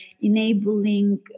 enabling